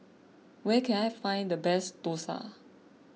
where can I find the best Dosa